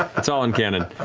ah it's all in canon.